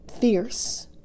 fierce